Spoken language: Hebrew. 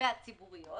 והציבוריות